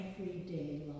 everyday